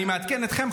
אני מעדכן אתכם,